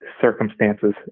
circumstances